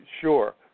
sure